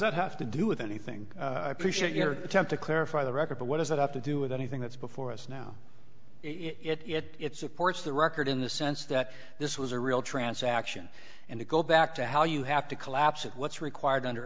that have to do with anything appreciate your attempt to clarify the record but what does that have to do with anything that's before us now it supports the record in the sense that this was a real transaction and to go back to how you have to collapse it what's required under